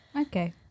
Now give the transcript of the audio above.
Okay